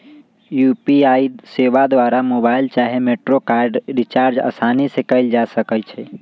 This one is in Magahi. यू.पी.आई सेवा द्वारा मोबाइल चाहे मेट्रो कार्ड रिचार्ज असानी से कएल जा सकइ छइ